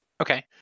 Okay